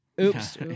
oops